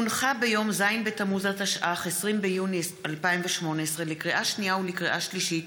החל מהצעת חוק שמספרה פ/5501/20 וכלה בהצעת חוק שמספרה